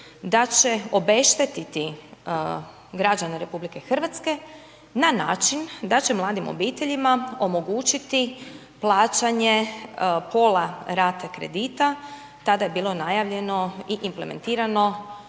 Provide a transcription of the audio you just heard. da će obeštetiti građane RH na način da će mladim obiteljima omogućiti plaćanje pola rate kredita, tada je bilo najavljeno i implementirano